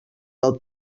del